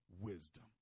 wisdom